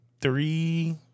three